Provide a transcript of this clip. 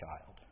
child